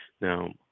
Now